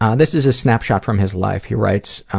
um this is a snapshot from his life he writes,